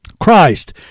Christ